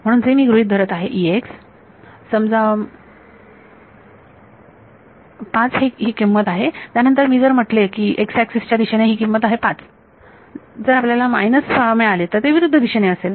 म्हणून जे मी गृहीत धरत आहे Refer Time 2303 समजा 5 हे किंमत आहे त्यानंतर मी जर असे म्हटले x एक्सिस च्या दिशेने ही किंमत आहे 5 जर आपल्याला मायनस मिळाले तर ते विरुद्ध दिशेने असेल